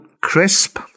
Crisp